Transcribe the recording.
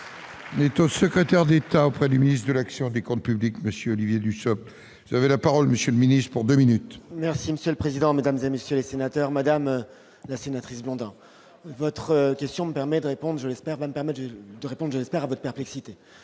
Neto, secrétaire d'État auprès du ministre de l'action et des Comptes publics monsieur Olivier Dussopt la parole monsieur le Ministre pour 2 minutes. Merci monsieur le président, Mesdames et messieurs les sénateurs, Madame la sénatrice Blondin, votre question me permet de répondre, je l'espère va permettent de répondre espère votre perplexité